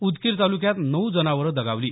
उदगीर तालुक्यात नऊ जनावरं दगावली